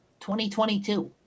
2022